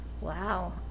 Wow